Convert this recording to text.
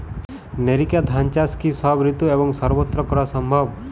NERICA ধান চাষ কি সব ঋতু এবং সবত্র করা সম্ভব?